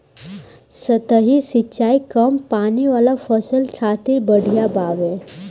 सतही सिंचाई कम पानी वाला फसल खातिर बढ़िया बावे